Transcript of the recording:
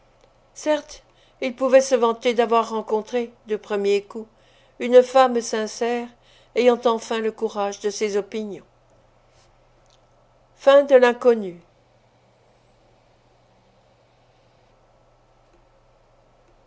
certes il pouvait se vanter d'avoir rencontré du premier coup une femme sincère ayant enfin le courage de ses opinions